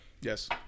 Yes